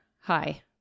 Hi